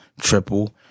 triple